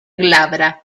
glabra